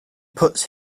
puts